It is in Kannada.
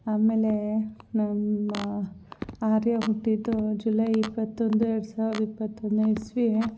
ಆಮೇಲೆ ನಮ್ಮ ಆರ್ಯ ಹುಟ್ಟಿದ್ದು ಜುಲೈ ಇಪ್ಪತ್ತೊಂದು ಎರಡು ಸಾವಿರದ ಇಪ್ಪತ್ತ ಒಂದನೇ ಇಸವಿ